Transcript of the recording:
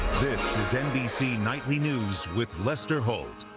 this is nbc nightly news with lester holt.